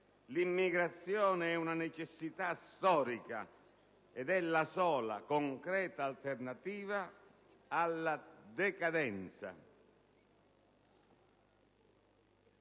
l'immigrazione è una necessità storica ed è la sola concreta alternativa alla decadenza.